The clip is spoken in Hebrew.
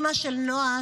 אימא של נועה,